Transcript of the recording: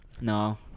No